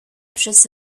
przez